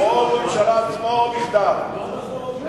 ראש הממשלה בעצמו, בכתב.